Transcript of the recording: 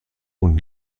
und